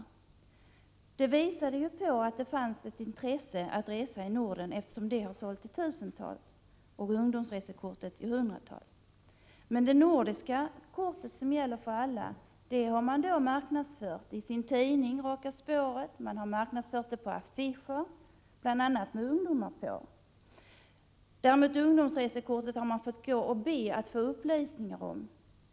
Försäljningen av detta kort visade att det fanns ett intresse att resa i Norden, eftersom detta kort har sålts i tusentals exemplar. Ungdomsresekortet har sålts i hundratals exemplar. Det nordiska kort som gäller för alla har SJ marknadsfört i sin tidning Raka Spåret och på affischer, bl.a. med ungdomar på. Ungdomsresekortet däremot har man fått be om upplysningar om.